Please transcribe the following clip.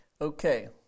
okay